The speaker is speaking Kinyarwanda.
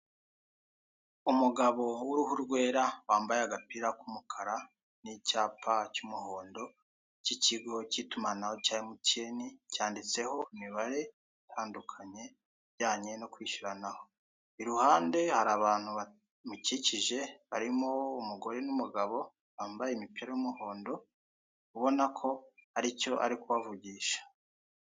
Umugabo w'uruhu rwera wambaye agapira k'umukara n'icyapa cy'umuhondo cy'ikigo cy'itumanaho cya mtn, cyanditseho imibare itandukanye ijyanye no kwishyuranaho, iruhande hari abantu bamukikije barimo umugore n'umugabo, bambaye imipira y'umuhondo ubona ko haricyo ari kubavugisha.